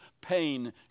pain